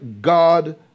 God